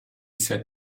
said